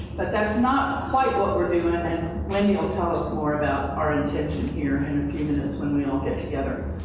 but that's not what what we're doing, um and wendy will tell us more about our intention here in a few minutes when we all get together.